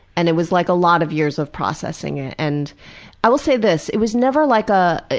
and it was like a lot of years of processing it. and i will say this. it was never like a,